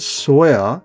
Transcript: soya